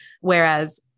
Whereas